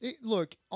Look